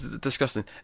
disgusting